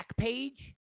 Backpage